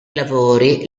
lavori